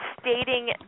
stating